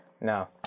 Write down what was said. No